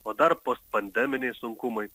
o dar postpandeminiai sunkumai